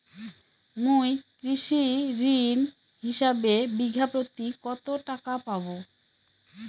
মুই কৃষি ঋণ হিসাবে বিঘা প্রতি কতো টাকা পাম?